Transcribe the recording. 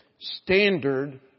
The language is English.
standard